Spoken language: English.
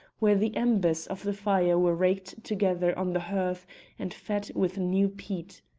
where the embers of the fire were raked together on the hearth and fed with new peat.